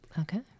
Okay